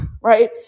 right